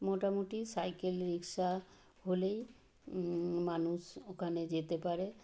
মোটামুটি cycle rickshaw হলেই মানুষ ওখানে যেতে পারে